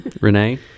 Renee